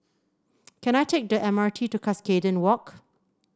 can I take the M R T to Cuscaden Walk